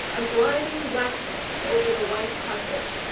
a gliding blackness over the white carpet.